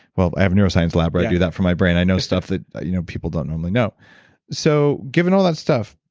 well, i have a neuroscience lab, right, do that for my brand. i know stuff that you know people don't normally know so given all that stuff,